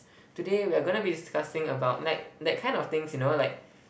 today we're going to be discussing about night that kind of things you know like